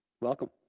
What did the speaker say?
Welcome